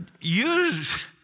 use